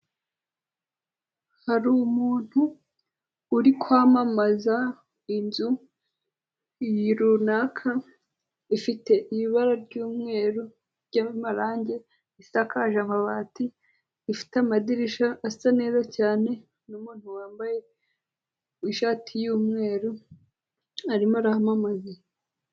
Hari umuntu uri kwamamaza inzu runaka, ifite ibara ry'umweru ry'amarange, isakaje amabati, ifite amadirisha asa neza cyane n'umuntu wambaye ishati y'umweru arimo aramamaza.